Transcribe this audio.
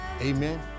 Amen